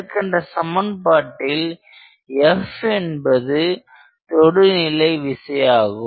மேற்கண்ட சமன்பாட்டில் F என்பது தொடுநிலை விசை ஆகும்